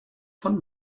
von